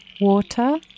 water